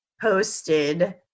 posted